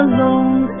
Alone